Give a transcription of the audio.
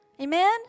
Amen